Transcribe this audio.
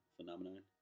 Phenomenon